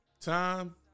Time